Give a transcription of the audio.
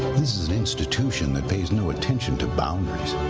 this is an institution that pays no attention to boundaries